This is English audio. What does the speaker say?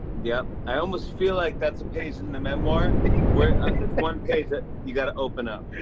yep. i almost feel like that's a page in the memoir where there's one page that you got to open up.